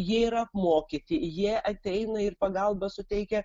jie yra apmokyti jie ateina ir pagalbą suteikia